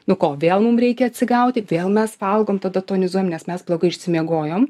nu ko vėl mums reikia atsigauti vėl mes valgom tada tonizuojam nes mes blogai išsimiegojom